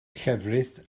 llefrith